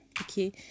okay